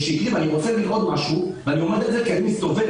אני אומר את זה, כי אני סובל.